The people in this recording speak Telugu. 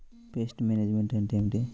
పెస్ట్ మేనేజ్మెంట్ అంటే ఏమిటి?